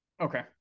Okay